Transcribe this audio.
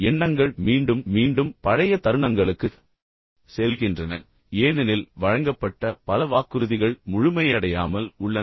எண்ணங்கள் மீண்டும் மீண்டும் பழைய தருணங்களுக்குச் செல்கின்றன ஏனெனில் வழங்கப்பட்ட பல வாக்குறுதிகள் முழுமையடையாமல் உள்ளன